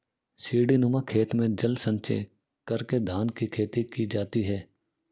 सीढ़ीनुमा खेत में जल संचय करके धान की खेती की जाती है